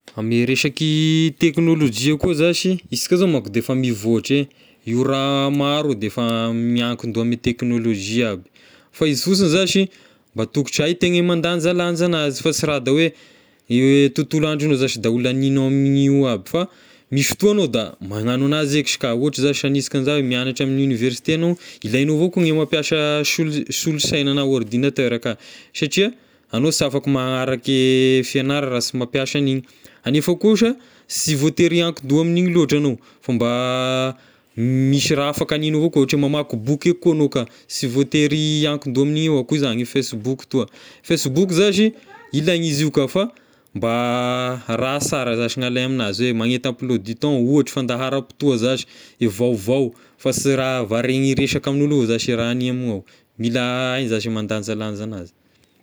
Amy resaky teknôlojia koa zashy, isika zao manko de efa mivoatra eh, io raha maro io de efa miankin-doha ame teknôlozia aby, fa izy fosigny zashy mba tokotry haitegna mandanjalanja anazy fa sy raha da hoe tontolo andrognao zashy da ho lagnignao amin'io aby fa misy fotoa agnao da magnano anazy eky shy ka, ohatra zashy hagniansika aniza mianatra ame oniversite agnao, ilaignao avao koa ny mampiasa solo- solosaina na ordinateur ka, satria agnao sy afaky magnaraky fiagnara raha sy mampiasa an'igny, anefa kosa sy voatery hiankin-doha amin'igny loatra agnao fa mba misy raha afaka hagniagnao avao koa ohatry hoe mamaky boky a koa agnao ka, sy voatery hiankin-doha ame io a koa zagny facebook toa, facebook zashy ilaigna izy koa fa mba raha sara zashy ny halay aminazy hoe magnety emploi du temps ohatry fandaharam-potoa zashy, e vaovao fa sy raha varegna iresaky ame olo ao zashy raha hania ame ny ao, mila hay zashy mandanjalanja anazy.